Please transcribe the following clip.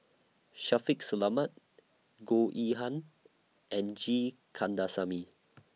Shaffiq Selamat Goh Yihan and G Kandasamy